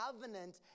covenant